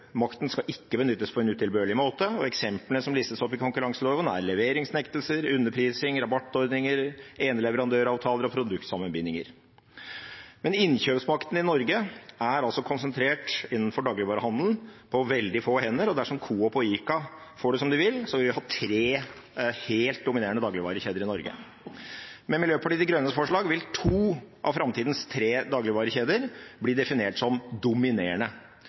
Makten skal ikke utøves på en utilbørlig måte. Eksemplene som listes opp i konkurranseloven, er leveringsnektelser, underprising, rabattordninger, eneleverandøravtaler og produktsammenbindinger. Men innkjøpsmakten i Norge er altså konsentrert innenfor dagligvarehandelen på veldig få hender, og dersom Coop og ICA får det som de vil, vil vi ha tre helt dominerende dagligvarekjeder i Norge. Med Miljøpartiet De Grønnes forslag vil to av framtidas tre dagligvarekjeder bli definert som